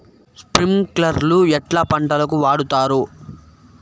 స్ప్రింక్లర్లు ఎట్లా పంటలకు వాడుతారు?